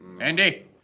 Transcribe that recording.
Andy